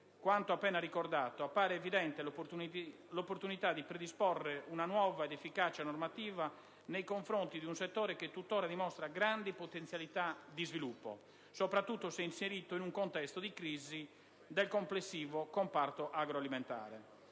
quanto appena ricordato, appare evidente l'opportunità di predisporre una nuova ed efficace normativa nei confronti di un settore che tuttora dimostra grandi potenzialità di sviluppo, soprattutto se inserito in un contesto di crisi del complessivo comparto agroalimentare.